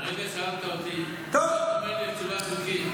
כרגע שאלת אותי, תשובה חלקית.